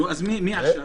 נו, אז מי עכשיו?